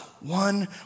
One